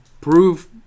prove